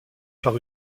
par